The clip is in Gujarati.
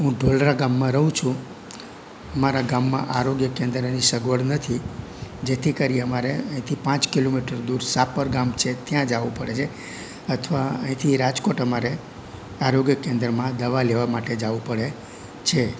હું ઢોલરા ગામમાં રહું છું મારા ગામમાં આરોગ્ય કેન્દ્રની સગવડ નથી જેથી કરી અમારે અહીંથી પાંચ કિલોમીટર દૂર સાપર ગામ છે ત્યાં જાવું પડે છે અથવા અહીંથી રાજકોટ અમારે આરોગ્ય કેન્દ્રમાં દવા લેવા માટે જાવું પડે છે